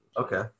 okay